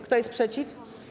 Kto jest przeciw?